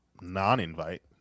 non-invite